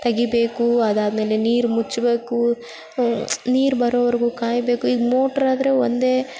ತೆಗಿಬೇಕು ಅದಾದಮೇಲೆ ನೀರು ಮುಚ್ಚಬೇಕು ನೀರು ಬರೋವರೆಗೂ ಕಾಯಬೇಕು ಈಗ ಮೋಟರಾದ್ರೆ ಒಂದೇ